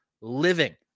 living